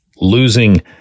Losing